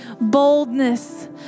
boldness